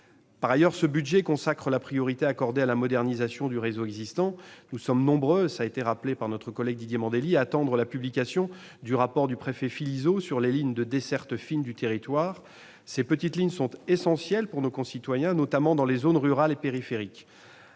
Par ailleurs, ce projet de budget consacre la priorité accordée à la modernisation du réseau existant. Nous sommes nombreux, comme l'a rappelé notre collègue Didier Mandelli, à attendre la publication du rapport du préfet François Philizot sur les lignes ferroviaires de desserte fine des territoires. Ces petites lignes sont essentielles pour nos concitoyens, notamment dans les zones rurales et périphériques.